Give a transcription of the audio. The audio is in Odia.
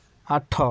ଆଠ